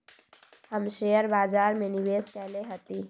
हम शेयर बाजार में निवेश कएले हती